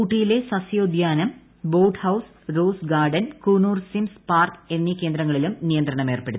ഊട്ടിയിലെ സസ്യോദ്യാനം boat house rose garden Coonoor Sims park എന്നീ കേന്ദ്രങ്ങളിലും നിയന്ത്രണമേർപ്പെടുത്തി